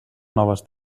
noves